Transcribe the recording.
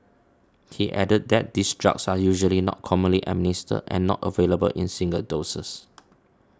he added that these drugs are usually not commonly administered and not available in single doses